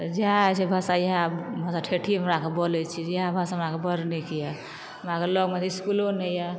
तऽ जएह होइ छै भाषा इएह भाषा ठेठी हमरा आरके बोलै छी इएह भाषा हमरा आरके बड़ नीक यऽ हमरा तऽ लगमे इसकुल नहि यऽ